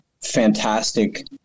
fantastic